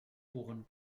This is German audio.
bohren